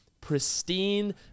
pristine